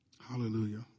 hallelujah